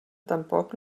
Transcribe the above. tampoc